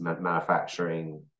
manufacturing